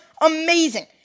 amazing